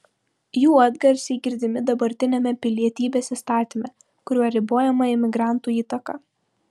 jų atgarsiai girdimi dabartiniame pilietybės įstatyme kuriuo ribojama imigrantų įtaka